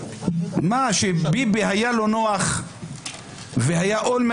אם כך אני מציע שכל נושא פיזור יידחה וניכנס לתהליך חקיקה